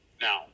now